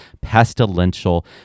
pestilential